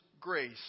grace